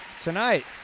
tonight